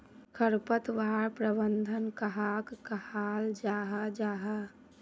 खरपतवार प्रबंधन कहाक कहाल जाहा जाहा?